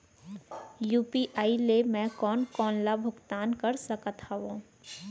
UPI ले मैं कोन कोन ला भुगतान कर सकत हओं?